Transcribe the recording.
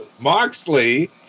Moxley